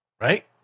right